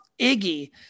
Iggy